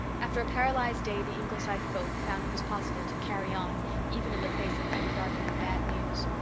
after a paralysed day the ingleside folk found it was possible to carry on even in the face of ever-darkening bad news.